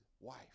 wife